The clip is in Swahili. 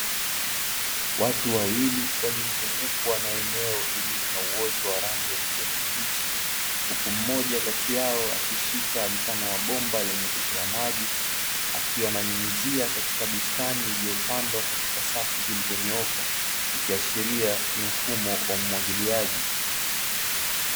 Watu wawili waliozungukwa na eneo lililo na uoto wa rangi ya kijani kibichi huku mmoja kati yao akishika mfano wa bomba lenye kutoa maji. Akiwa ananyunyizia katika bustani iliyopandwa katika safu zilizonyooka ikiashiria ni mfumo wa umwagiliaji.